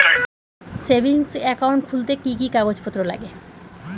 Savings account খুলতে কি কি কাগজপত্র লাগে?